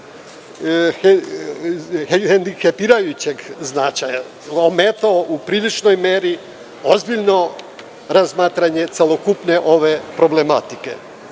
hendikepirajućeg značaja, ometao u priličnoj meri ozbiljno razmatranje celokupne ove problematike.Međutim,